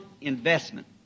investment